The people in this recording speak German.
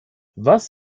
was